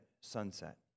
sunset